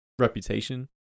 reputation